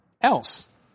else